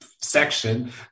section